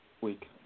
week